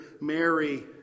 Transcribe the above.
Mary